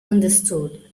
understood